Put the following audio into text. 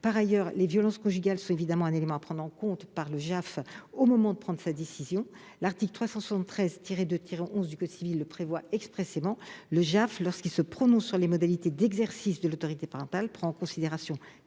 Par ailleurs, les violences conjugales sont évidemment un élément à considérer par le JAF au moment de prendre sa décision. L'article 373-2-11 du code civil prévoit expressément que celui-ci, lorsqu'il se prononce sur les modalités d'exercice de l'autorité parentale, tient compte